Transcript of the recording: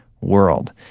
world